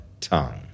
tongue